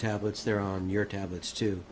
tablets they're on your tablets to